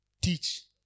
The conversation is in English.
teach